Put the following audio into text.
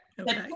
Okay